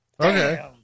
Okay